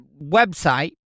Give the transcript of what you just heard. website